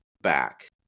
back